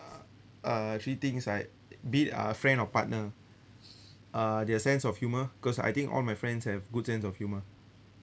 uh three things I be it uh friend or partner uh their sense of humour cause I think all my friends have good sense of humour